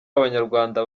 abanyarwanda